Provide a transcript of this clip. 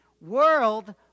world